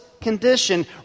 condition